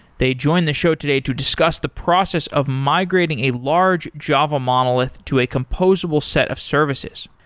they join the show today to discuss the process of migrating a large java monolith to a composable set of services.